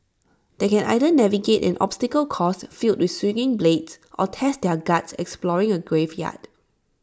they can either navigate an obstacle course filled with swinging blades or test their guts exploring A graveyard